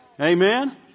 Amen